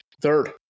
Third